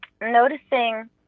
noticing